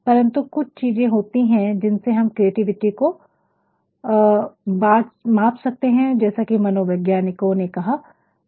परंतु कुछ चीजें होती हैं जिनसे हम क्रिएटिविटी को मापसकते हैं जैसा कि मनोवैज्ञानिकों ने कहा है